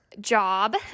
job